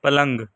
پلنگ